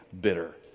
bitter